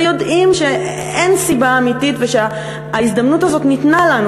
ויודעים שאין סיבה אמיתית ושההזדמנות הזאת ניתנה לנו